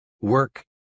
work